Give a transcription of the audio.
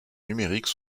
numériques